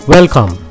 Welcome